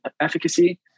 efficacy